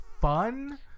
fun